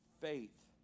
faith